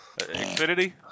Xfinity